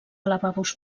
lavabos